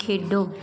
ਖੇਡੋ